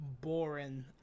boring